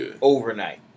overnight